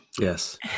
Yes